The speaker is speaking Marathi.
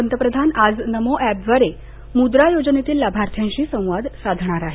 पंतप्रधान आज नमो एपद्वारे मुद्रा योजनेतील लाभार्थ्यांशी संवाद साधणार आहेत